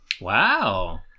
Wow